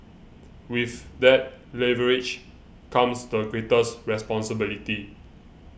with that leverage comes the greatest responsibility